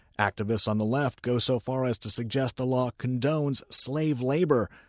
activists on the left go so far as to suggest the law condones slave labor.